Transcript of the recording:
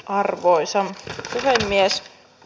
arvoisa puhemies